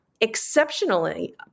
exceptionally